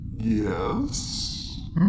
Yes